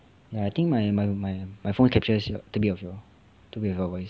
ya I think my my my phone captures a little bit of your a little bit of your voice